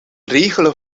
regelen